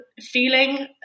feeling